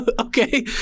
okay